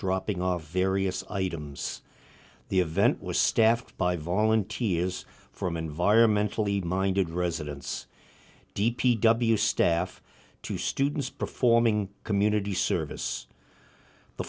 dropping off various items the event was staffed by volunteers from environmentally minded residents d p w staff to students performing community service the